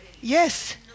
Yes